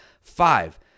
Five